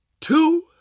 two